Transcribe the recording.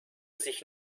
sich